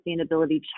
sustainability